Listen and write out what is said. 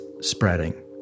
spreading